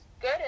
good